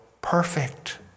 perfect